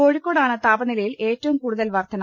കോഴിക്കോടാണ് താപ നിലയിൽ ഏറ്റവും കൂടുതൽ വർധന